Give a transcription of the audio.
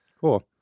Cool